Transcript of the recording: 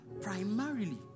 Primarily